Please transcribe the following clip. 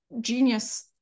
genius